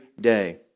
day